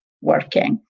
working